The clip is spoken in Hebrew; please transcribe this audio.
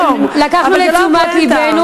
אבל זו לא הבעיה.